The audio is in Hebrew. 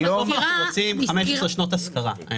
היום אנחנו רוצים 15 שנות השכרה.